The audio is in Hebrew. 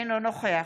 אינו נוכח